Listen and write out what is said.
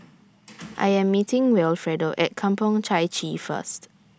I Am meeting Wilfredo At Kampong Chai Chee First